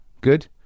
Good